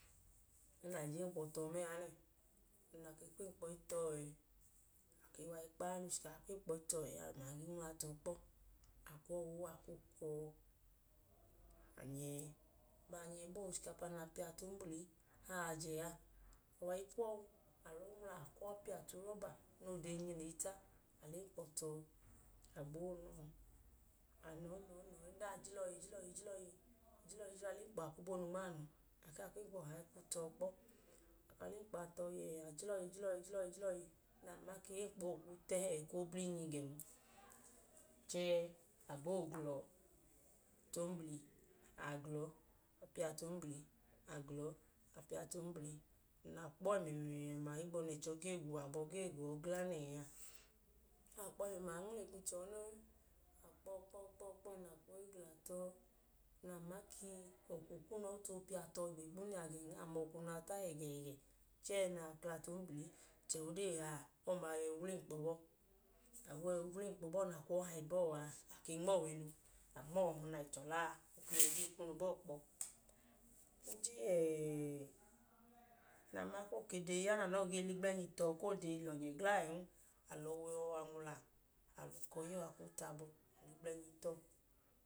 Ẹẹ na je enkpọ tọ mẹẹ a nẹ. A ke kwu enkpọ i tọ ẹẹ, a ke wa i kpaa usa, a ke kwu enkpọ i tọ ẹẹ, a lẹ umangi nwla tọ kpọ. A kwu ọwu u a kwu gwu ọ. A nyẹ. A baa nyẹ bọọ a, ochikapa na piya tu ombli hayi ajẹ a, a wa i kwu ọọ u, a lọọ nwla. A kwu ọọ i piya tu urọba noo dee nyileyi ta. A lẹ enkpọ tọ. A gboo na ọọ. A na ọọ, na ọọ, na ọọ, a jila ọọ iye, jila ọọ iye, jila ọọ iye. A lọọ jila lẹ enkpọ a kpobonu nma anu. A lẹ enkpọ ọha tọ kpọ. A lẹ enkpọ a tọ yẹẹ, a jila ọọ iye, jila ọọ iye, jila ọọ iye, na ma ka enkpọ a ọọ kwu tẹhẹ ẹẹ, ka oblinyi gẹn, chẹẹ a gboo gla ọọ tu ombli. A gla ọọ piya tu ombli, gla ọọ piya tu ombli, nẹ a kpọọ ẹmẹmẹẹma ohigbu ka ẹchọ gee gla uwọ abọ ga ọọ gla nẹẹ a, kwu ọọ i gla tọ, na ma ka, ii, ọkwu kunu i too piya tọ ẹẹ gẹn, a ma ọkwunu a ta yẹgẹyẹgẹ. Chẹẹ ẹẹ na piya tu ombli che ẹyi odee a, yọi wla enkpọ bọọ. Abo yọi wla enkpọ bọọ na kwu ọọ hayi abọọ a, a ke nma ọwẹ nu. A nmọwẹ anọ na i chọla a, o ke yọi je kunu bọọ kpọ. O je yẹẹ nẹ a ma ka o dee ya nẹ anọọ ke gee lẹ igblẹnyi tọ koo dee lọnyẹ gla ẹẹn, a lẹ ọwu ọhọ a nwla. A lẹ ukọ ya ọọ a kwu tu abọ. A lẹ igblẹnyi tọ.